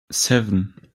seven